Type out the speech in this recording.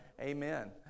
amen